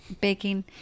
baking